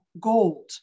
gold